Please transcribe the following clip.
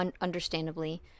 understandably